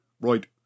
Right